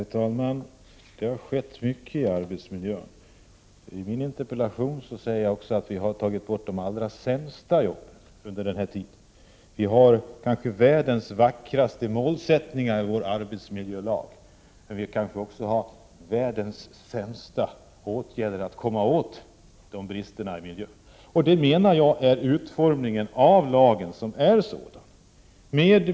Herr talman! Det har skett mycket i arbetsmiljön. I min interpellation framhåller jag också att vi har tagit bort de allra sämsta jobben under den aktuella tiden. Vi har kanske världens vackraste målsättningar i vår arbetsmiljölag, men vi har måhända också vidtagit världens sämsta åtgärder för att komma åt bristerna i miljön. Jag menar att utformningen av lagen är sådan.